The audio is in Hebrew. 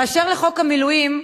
באשר לחוק המילואים,